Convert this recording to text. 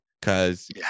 Cause